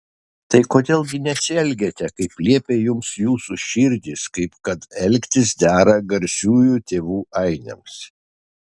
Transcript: tai kodėl gi nesielgiate kaip liepia jums jūsų širdys kaip kad elgtis dera garsiųjų tėvų ainiams